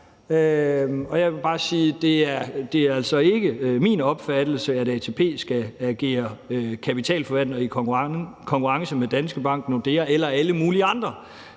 altså ikke er min opfattelse, at ATP skal agere kapitalforvalter i konkurrence med Danske Bank, Nordea eller alle mulige andre